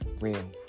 real